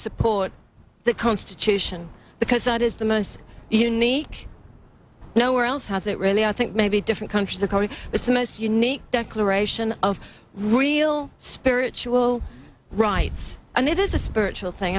support the constitution because that is the most unique no where else has it really i think maybe different countries according to most unique declaration of real spiritual rights and it is a spiritual thing